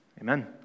Amen